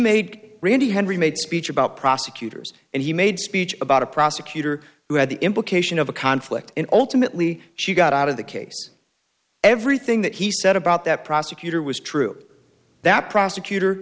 made randy henry made speech about prosecutors and he made speech about a prosecutor who had the implication of a conflict and ultimately she got out of the case everything that he said about that prosecutor was true that prosecutor